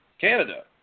Canada